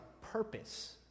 purpose